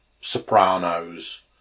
Sopranos